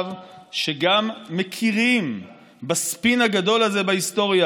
שגם מכירים בספין הגדול הזה בהיסטוריה,